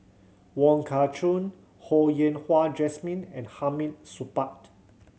Wong Kah Chun Ho Yen Wah Jesmine and Hamid Supaat